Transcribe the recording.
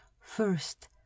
First